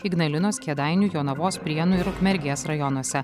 ignalinos kėdainių jonavos prienų ir ukmergės rajonuose